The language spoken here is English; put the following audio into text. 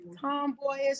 tomboyish